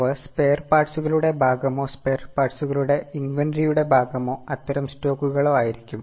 അവ സ്പെയർ പാർട്സുകളുടെ ഭാഗമോ സ്പെയർ പാർട്സുകളുടെ ഇൻവെന്ററിയുടെ ഭാഗമോ അത്തരം സ്റ്റോക്കുകളോ ആയിരിക്കും